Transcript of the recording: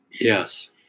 Yes